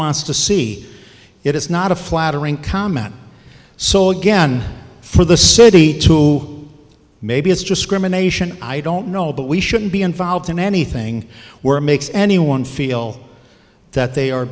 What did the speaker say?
wants to see it is not a flattering comment so again for the city to maybe it's just scream an asian i don't know but we shouldn't be involved in anything where makes anyone feel that they are